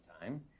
time